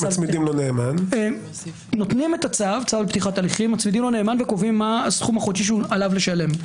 מצמידים לו נאמן וקובעים מה הסכום החודשי שעליו לשלם.